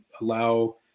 allow